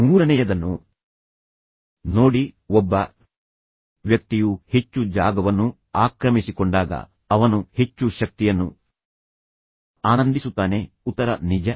ಮೂರನೆಯದನ್ನು ನೋಡಿ ಒಬ್ಬ ವ್ಯಕ್ತಿಯು ಹೆಚ್ಚು ಜಾಗವನ್ನು ಆಕ್ರಮಿಸಿಕೊಂಡಾಗ ಅವನು ಹೆಚ್ಚು ಶಕ್ತಿಯನ್ನು ಆನಂದಿಸುತ್ತಾನೆ ಉತ್ತರ ನಿಜ